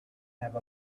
have